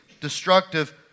destructive